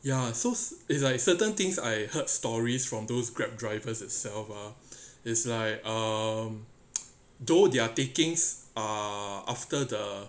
ya so it's like certain things I heard stories from those grab drivers itself ah is like um though their takings are after the